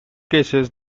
cases